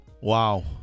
wow